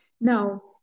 Now